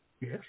Yes